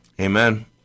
Amen